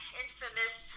infamous